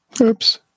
Oops